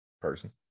person